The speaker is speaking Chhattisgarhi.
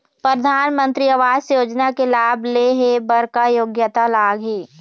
परधानमंतरी आवास योजना के लाभ ले हे बर का योग्यता लाग ही?